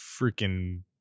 freaking